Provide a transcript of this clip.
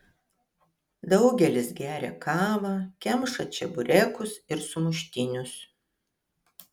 daugelis geria kavą kemša čeburekus ir sumuštinius